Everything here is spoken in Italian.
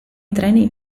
treni